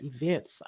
events